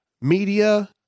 media